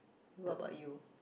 what about you